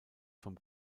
vom